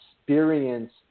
experience